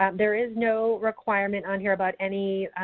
um there is no requirement on here about any